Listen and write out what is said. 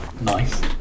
Nice